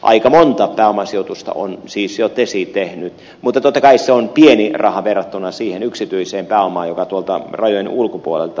aika monta pääomasijoitusta on siis jo tesi tehnyt mutta totta kai se on pieni raha verrattuna siihen yksityiseen pääomaan joka tuolta rajojen ulkopuolelta on tänne tullut